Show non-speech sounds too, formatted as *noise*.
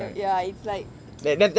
ya it's like *noise*